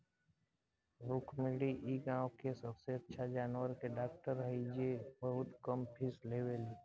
रुक्मिणी इ गाँव के सबसे अच्छा जानवर के डॉक्टर हई जे बहुत कम फीस लेवेली